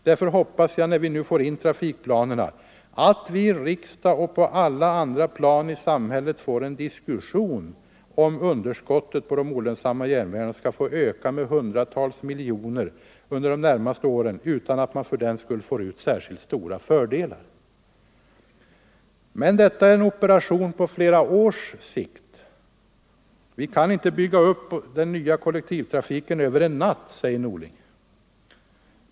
Därför hoppas jag, när vi nu får in trafikplanerna, att vi i riksdag och på alla andra plan i samhället får en diskussion om underskottet på de olönsamma järnvägarna skall få öka med hundratals miljoner under de närmaste åren utan att man fördenskull får ut särskilt stora fördelar. Men detta är en operation på flera års sikt. Vi kan inte bygga upp den nya kollektivtrafiken över en natt, säger Bengt Norling.